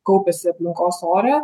kaupiasi aplinkos ore